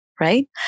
right